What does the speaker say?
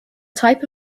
type